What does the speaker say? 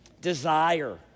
desire